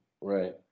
Right